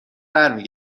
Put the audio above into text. برمی